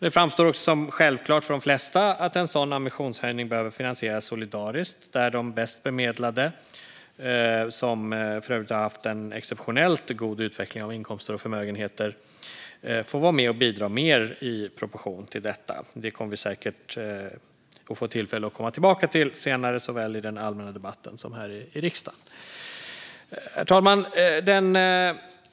Det framstår också som självklart för de flesta att en sådan ambitionshöjning behöver finansieras solidariskt där de mest bemedlade - som för övrigt har haft en exceptionellt god utveckling av inkomster och förmögenheter - får vara med och bidra mer i proportion till detta. Det kommer vi säkert att få tillfälle att komma tillbaka till senare såväl i den allmänna debatten som här i riksdagen. Herr talman!